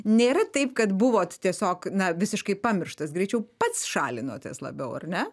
nėra taip kad buvot tiesiog na visiškai pamirštas greičiau pats šalinotės labiau ar ne